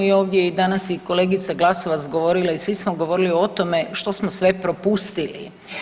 I ovdje je danas i kolegica Glasovac govorila i svi smo govorili o tome što smo sve propustili.